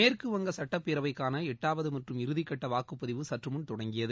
மேற்கு வங்க சட்டப்பேரவைக்கான எட்டாவது மற்றும் இறுதிகட்ட வாக்குப்பதிவு சற்றுமுன் தொடங்கியது